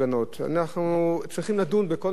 אנחנו צריכים לדון בכל נושא ההפגנות,